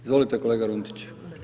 Izvolite kolega Runtić.